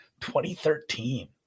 2013